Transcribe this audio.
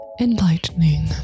enlightening